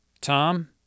Tom